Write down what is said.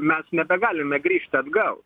mes nebegalime grįžti atgal